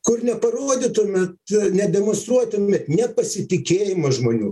kur neparodytumėt nedemonstruotumėt nepasitikėjimą žmonių